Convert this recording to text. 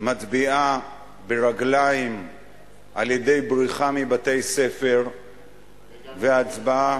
מצביעה ברגליים על-ידי בריחה מבתי-ספר והצבעה,